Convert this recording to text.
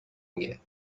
میگه